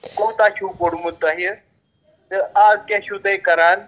کوٗتاہ چھُو پوٚرمُت تۄہہِ تہٕ آز کیاہ چھُو تُہۍ کَران